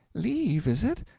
leave, is it?